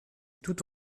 tout